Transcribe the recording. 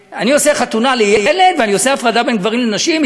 חתונה לילד ואני עושה הפרדה בין גברים לנשים,